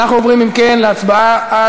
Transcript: אנחנו עוברים, אם כן, להצבעה.